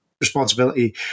responsibility